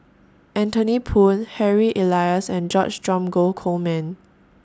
Anthony Poon Harry Elias and George Dromgold Coleman